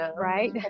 right